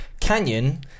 Canyon